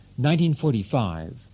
1945